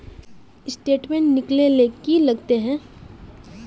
Statement निकले ले की लगते है?